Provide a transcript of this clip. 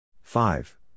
five